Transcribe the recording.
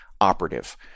operative